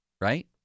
right